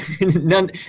none